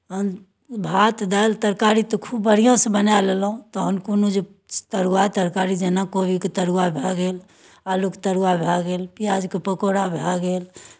अन् भात दालि तरकारी तऽ खूब बढ़िआँसँ बना लेलहुँ तखन कोनो जे तरुआ तरकारी जेना कोबीके तरुआ भए गेल आलूके तरुआ भए गेल प्याजके पकोड़ा भए गेल